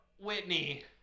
Whitney